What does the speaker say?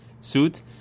suit